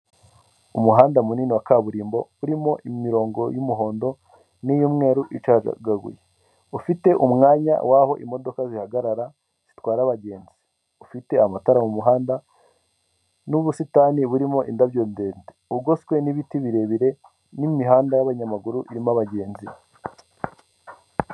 Umuhanda munini wa kaburimbo urimo imirongo y'umuhondo n'iyumweru icagaguye, ufite umwanya w'aho imodoka zihagarara zitwara abagenzi, ufite amatara mu muhanda n'ubusitani burimo indabyo ndende. Ugoswe n'ibiti birebire n'imihanda y'abanyamaguru irimo abagenzi.